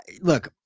look